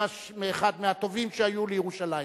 וממש אחד הטובים שהיו לירושלים,